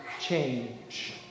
change